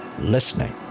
listening